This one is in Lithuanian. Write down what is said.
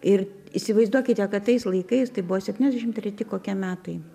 ir įsivaizduokite kad tais laikais tai buvo septyniasdešim treti kokie metai